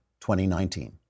2019